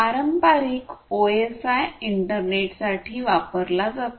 पारंपारिक ओएसआय इंटरनेटसाठी वापरला जातो